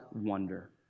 wonder